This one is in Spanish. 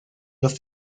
los